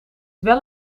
wel